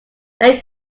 then